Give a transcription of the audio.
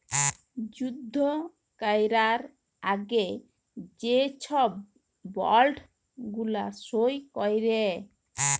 যুদ্ধ ক্যরার আগে যে ছব বল্ড গুলা সই ক্যরে